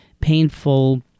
painful